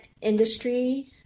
industry